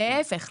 להיפך.